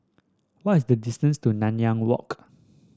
what is the distance to Nanyang Walk